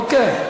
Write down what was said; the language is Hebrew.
אוקיי.